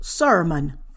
Sermon